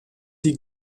die